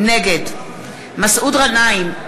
נגד מסעוד גנאים,